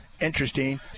Interesting